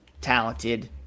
talented